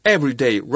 Everyday